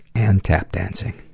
and tap dancing.